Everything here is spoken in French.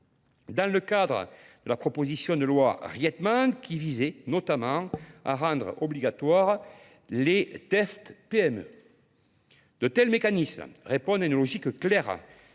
dans le cadre de la proposition de loi Rietman qui visait notamment à rendre obligatoire les tests PME. De tels mécanismes répondent à une logique claire.